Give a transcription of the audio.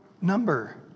number